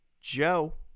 Joe